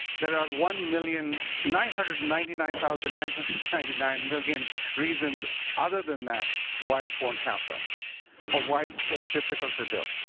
there are one million nine hundred and ninety nine thousand nine hundred and ninety nine million reasons other than that why it won't happen or ah why it's so difficult to do.